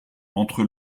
entre